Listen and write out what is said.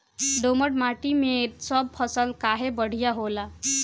दोमट माटी मै सब फसल काहे बढ़िया होला?